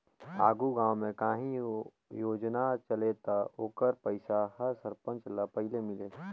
आघु गाँव में काहीं योजना चले ता ओकर पइसा हर सरपंच ल पहिले मिले